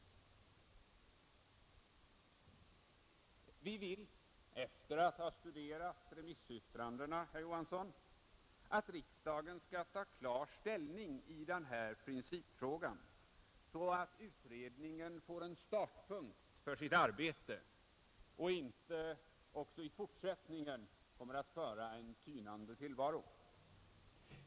Vi vill, efter att ha studerat remissyttrandena, herr Johansson i Trollhättan, att riksdagen skall ta klar ställning i den här principfrågan så att utredningen får en startpunkt för sitt arbete och inte också i fortsättningen kommer att föra en tynande tillvaro.